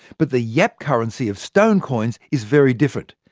but the yap currency of stone coins is very different.